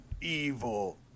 Evil